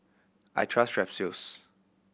I trust Strepsils